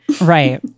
Right